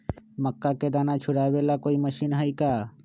मक्का के दाना छुराबे ला कोई मशीन हई का?